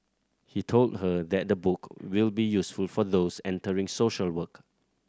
he told her that the book will be useful for those entering social work